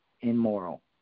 immoral